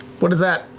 what is that?